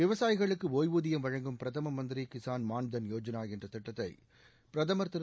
விவசாயிகளுக்கு ஒய்வூதியம் வழங்கும் பிரதம மந்திரி கிஷான் மான்தன் யோஜனா என்ற திட்டத்தை பிரதமர் திரு